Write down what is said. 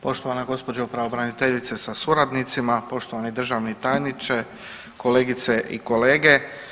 Poštovana gospođo pravobraniteljice sa suradnicima, poštovani državni tajniče, kolegice i kolege.